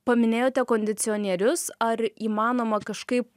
paminėjote kondicionierius ar įmanoma kažkaip